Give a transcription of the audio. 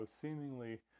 seemingly